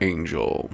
Angel